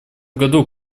году